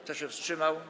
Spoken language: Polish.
Kto się wstrzymał?